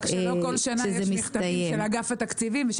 רק שלא כל שנה יש הערות של אגף התקציבים ושל